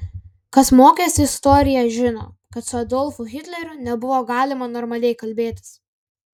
kas mokėsi istoriją žino kad su adolfu hitleriu nebuvo galima normaliai kalbėtis